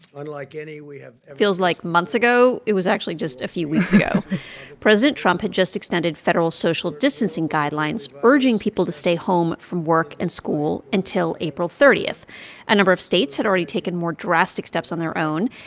unlike any we have ever. feels like months ago. it was actually just a few weeks ago president trump had just extended federal social distancing guidelines, urging people to stay home from work and school until april thirty. a number of states had already taken more drastic steps on their own.